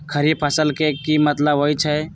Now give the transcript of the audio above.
खरीफ फसल के की मतलब होइ छइ?